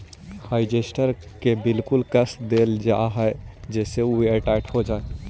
digester के बिल्कुल कस देल जा हई जेसे उ एयरटाइट हो जा हई